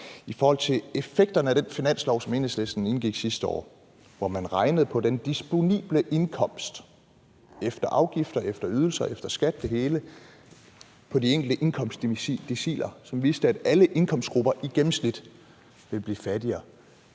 i forhold til effekterne af den finanslov, som Enhedslisten indgik aftale om sidste år, hvor man regnede på den disponible indkomst efter afgifter, efter ydelser, efter skat, det hele, på de enkelte indkomstdeciler, hvilket viste, at alle indkomstgrupper i gennemsnit ville blive fattigere,